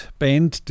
band